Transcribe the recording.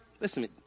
Listen